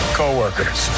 co-workers